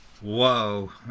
Whoa